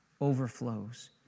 overflows